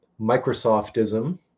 Microsoftism